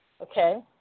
Okay